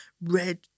Red